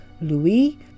Louis